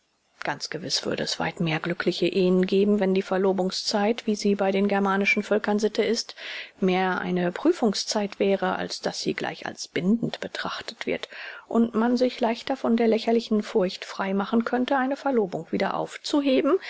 ganz gewiß würde es weit mehr glückliche ehen geben wenn die verlobungszeit wie sie bei den germanischen völkern sitte ist mehr eine prüfungszeit wäre als daß sie gleich als bindend betrachtet wird und man sich leichter von der lächerlichen furcht frei machen könnte eine verlobung wieder aufzuheben